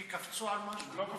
כי קפצו על משהו.